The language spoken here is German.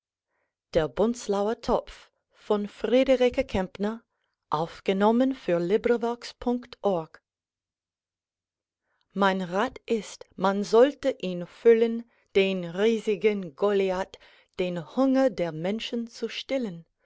mein rat ist man sollte ihn füllen den riesigen goliat den hunger der menschen zu stillen